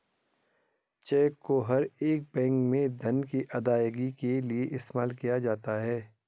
check को हर एक बैंक में धन की अदायगी के लिये इस्तेमाल किया जाता है